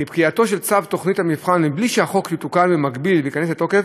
כי פקיעתו של צו תוכנית המבחן בלי שהחוק יתוקן במקביל וייכנס לתוקף